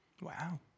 Wow